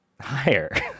higher